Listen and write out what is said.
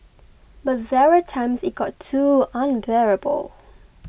but there were times it got too unbearable